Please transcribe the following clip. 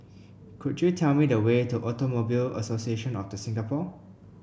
could you tell me the way to Automobile Association of The Singapore